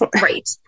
Right